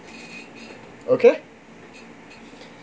okay